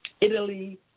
Italy